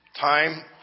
Time